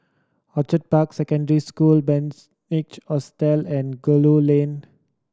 Orchid Park Secondary School Bunc Hostel and Gul Lane